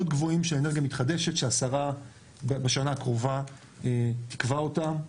גבוהים של אנרגיה מתחדשת שהשרה בשנה הקרובה תקבע אותה,